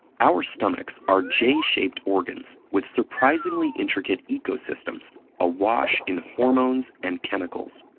our stomachs are j-shaped j-shaped organs with surprisingly intricate ecosystems awash in hormones and chemicals.